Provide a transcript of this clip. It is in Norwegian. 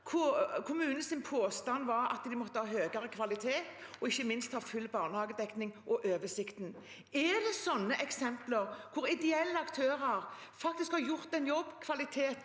Kommunens påstand var at de måtte ha høyere kvalitet, og ikke minst ha full barnehagedekning og oversikt. Er det slike eksempler, når ideelle aktører faktisk har gjort en jobb